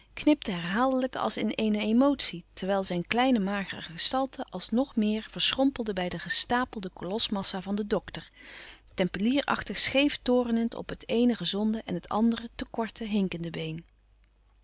knipten herhaaldelijk als in eene emotie terwijl zijn kleine magere gestalte als nog meer verschrompelde bij de gestapelde kolosmassa van den dokter tempelier achtig scheef torenend op het eene gezonde en het andere te korte hinkende been